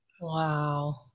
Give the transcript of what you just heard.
Wow